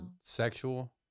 sexual